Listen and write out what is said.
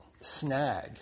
snag